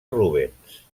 rubens